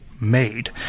made